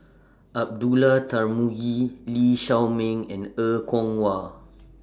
Abdullah Tarmugi Lee Shao Meng and Er Kwong Wah